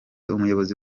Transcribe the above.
umuyobozi